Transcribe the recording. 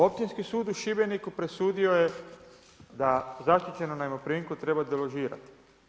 Općinski sud u Šibeniku presudio je da zaštićenu najmoprimku treba deložirati.